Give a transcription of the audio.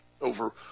over